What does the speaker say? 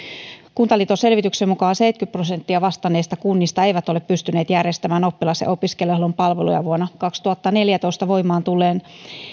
kuntaliiton selvityksen mukaan seitsemänkymmentä prosenttia vastanneista kunnista ei ole pystynyt järjestämään oppilas ja opiskeluhuollon palveluja vuonna kaksituhattaneljätoista voimaan tulleen